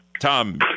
tom